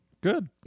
Good